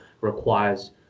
requires